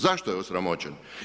Zašto je osramoćen?